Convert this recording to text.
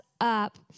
up